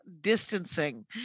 distancing